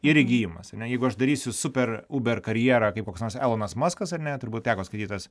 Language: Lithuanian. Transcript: ir įgijimas ane jeigu aš darysiu super uber karjerą kaip koks nors elonas maskas ar net turbūt teko skaityt tas